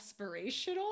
aspirational